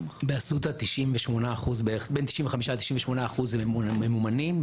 באסותא 95%-98% ממומנים.